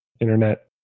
internet